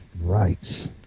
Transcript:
Right